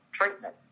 treatment